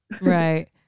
right